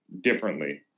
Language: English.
differently